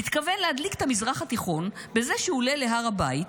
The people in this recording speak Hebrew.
מתכוון להדליק את המזרח התיכון בזה שהוא עולה להר הבית.